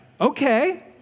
Okay